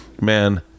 man